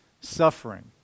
suffering